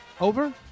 Over